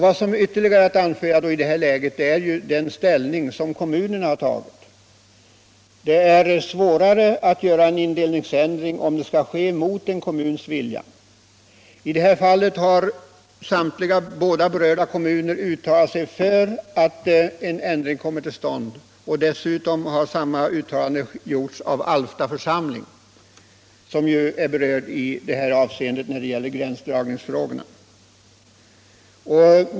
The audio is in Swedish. Vad som ytterligare är att anföra i detta ärende är den ställning som kommunerna tagit. Det är svårare att göra en indelningsändring om det skall ske mot en kommuns vilja. I det här fallet har båda berörda kommuner uttalat sig för att en ändring kommer till stånd. Dessutom har samma uttalande gjorts av Alfta församling, som är berörd av gränsdragningsfrågorna.